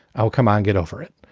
oh, come on, get over it.